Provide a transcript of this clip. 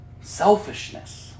selfishness